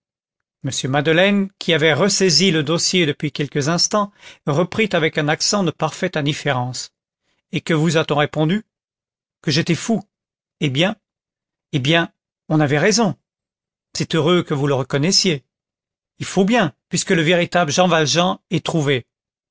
m madeleine qui avait ressaisi le dossier depuis quelques instants reprit avec un accent de parfaite indifférence et que vous a-t-on répondu que j'étais fou eh bien eh bien on avait raison c'est heureux que vous le reconnaissiez il faut bien puisque le véritable jean valjean est trouvé